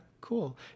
cool